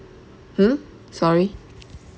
hmm sorry